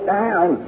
down